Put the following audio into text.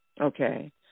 Okay